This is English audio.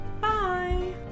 bye